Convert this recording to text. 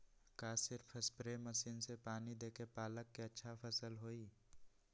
का सिर्फ spray machine से पानी देके पालक के अच्छा फसल होई?